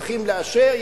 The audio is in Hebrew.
צריכים לאשר,